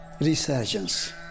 Resurgence